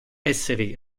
esseri